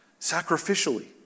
sacrificially